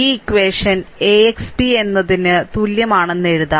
ഈ equation AX B എന്നതിന് തുല്യമാണെന്ന് എഴുതാം